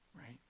right